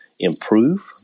improve